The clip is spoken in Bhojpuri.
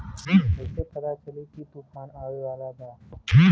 कइसे पता चली की तूफान आवा वाला बा?